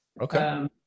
Okay